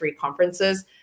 conferences